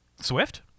Swift